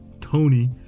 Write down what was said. Tony